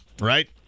Right